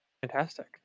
Fantastic